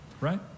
Right